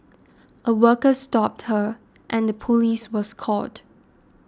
a worker stopped her and the police was called